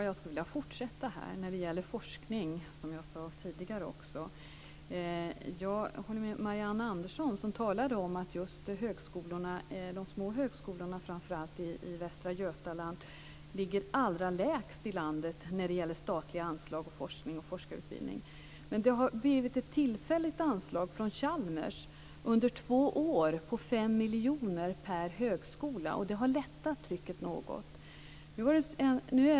Fru talman! Jag skulle vilja fortsätta med forskning, som jag sade tidigare. Jag håller med Marianne Andersson. Hon talade om att just de små högskolorna framför allt i Västra Götaland ligger allra lägst i landet när det gäller statliga anslag till forskning och forskningsutbildning. Men det var ett tillfälligt anslag från Chalmers under två år på 5 miljoner per högskola, och det har lättat trycket något.